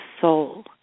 soul